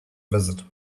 visit